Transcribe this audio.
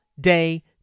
day